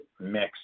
mix